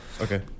Okay